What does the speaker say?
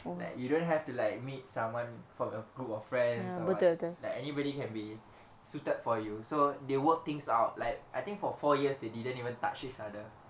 like you don't have to like meet someone from your group of friends or what like anybody can be suited for you so they work things out like I think for four years they didn't even touch each other